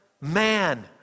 man